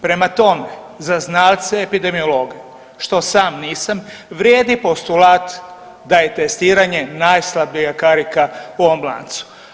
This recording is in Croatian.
Prema tome, za znalce epidemiologe, što sam nisam, vrijedi postulat da je testiranje najslabija karika u ovom lancu.